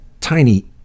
tiny